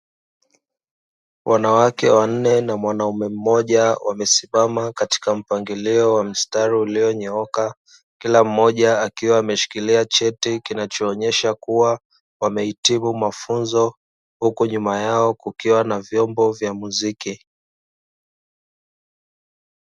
Wanawake wanne na mwanaume mmoja wamesimama katika mpangilio wa mstari ulionyooka, kila mmoja akiwa ameshikilia cheti kinachoonyesha kuwa wamehitimu mafunzo. Huku nyuma yao kukiwa na vyombo vya muziki.